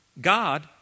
God